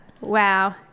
Wow